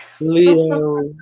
Leo